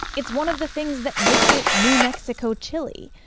it's one of the things that makes it new mexico chili.